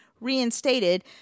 reinstated